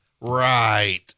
Right